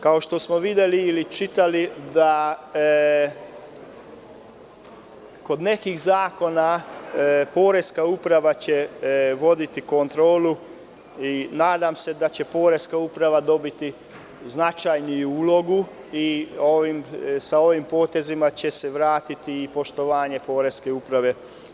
Kao što smo videli ili čitali, kod nekih zakona poreska uprava će voditi kontrolu i nadam se da će poreska uprava dobiti značajniju ulogu i sa ovim potezima će se vratiti i poštovanje poreske uprave.